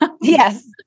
yes